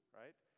right